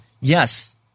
yes